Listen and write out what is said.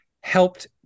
helped